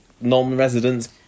non-resident's